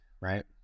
right